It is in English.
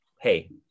hey